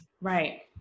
Right